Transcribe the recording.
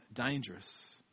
dangerous